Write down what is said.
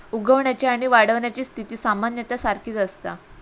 उगवण्याची आणि वाढण्याची स्थिती सामान्यतः सारखीच असता